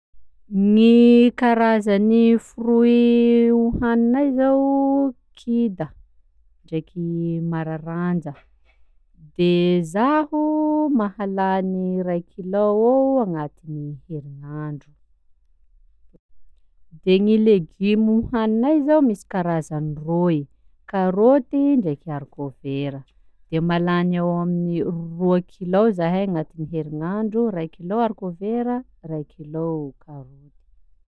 Gny karazan'ny fruit hoaninay zao: kida ndreky mararanja, de zaho mahalany iray kilao eo agnatiny herignandro; de gny legimo hoaninay zany misy karazany roa e: karôty ndreky harikôvera, de mahalany eo amin'ny roa kilao zahay agnatiny herignandro, iray kilao harikôvera, iray kilao karôty.